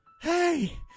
Hey